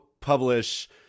publish